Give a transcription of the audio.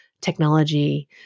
technology